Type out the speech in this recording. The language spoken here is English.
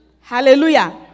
Hallelujah